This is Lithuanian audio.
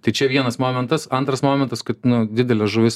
tai čia vienas momentas antras momentas kad nu didelės žuvys